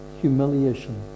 humiliation